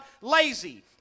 lazy